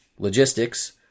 Logistics